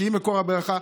שהיא מקור הברכה,